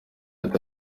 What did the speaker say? ati